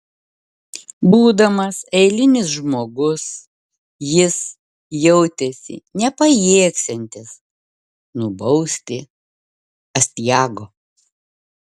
būdamas eilinis žmogus jis jautėsi nepajėgsiantis nubausti astiago